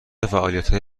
فعالیتهای